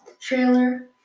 trailer